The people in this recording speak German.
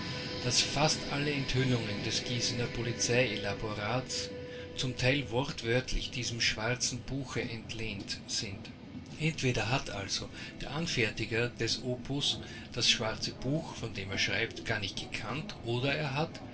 daß fast alle enthüllungen des gießener polizeielaborats zum teil wörtlich diesem schwarzen buch entlehnt sind entweder hat also der anfertiger des opus das schwarze buch von dem er schreibt gar nicht gekannt oder er hat